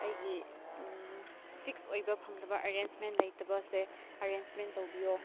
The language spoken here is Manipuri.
ꯑꯩꯒꯤ ꯐꯤꯛꯁ ꯑꯣꯏꯕ ꯐꯪꯗꯕ ꯑꯦꯔꯦꯟꯖꯃꯦꯟ ꯂꯩꯇꯕꯁꯦ ꯑꯦꯔꯦꯟꯖꯃꯦꯟ ꯇꯧꯕꯤꯌꯣ